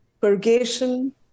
purgation